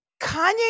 Kanye